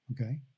Okay